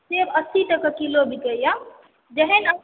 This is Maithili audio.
सेब अस्सी टके किलो बिकैए जेहेन अहाँ